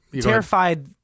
Terrified